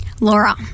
Laura